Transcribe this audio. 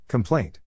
Complaint